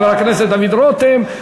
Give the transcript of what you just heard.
חבר הכנסת דוד רותם.